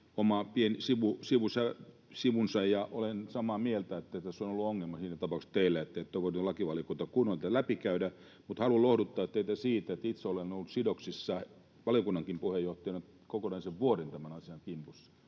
oma pieni sivunsa, ja olen samaa mieltä, että tässä on ollut ongelma siinä tapauksessa teillä, että te ette ole voineet lakivaliokunnassa kunnolla tätä läpikäydä, mutta haluan lohduttaa teitä, sillä itse olen ollut sidoksissa valiokunnankin puheenjohtajana kokonaisen vuoden tämän asian kimpussa: